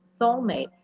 soulmate